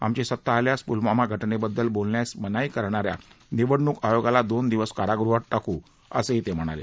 आमची सत्ता आल्यास पुलवामा घटनेबद्दल बोलण्यास मनाई करणाऱ्या निवडणूक आयोगाला दोन दिवस कारागृहात टाकू असेही ते म्हणाले